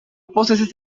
possesses